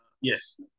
Yes